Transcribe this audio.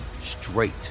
straight